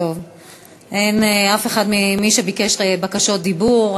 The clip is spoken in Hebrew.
אין אף אחד ממי שביקש בקשות דיבור.